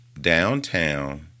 downtown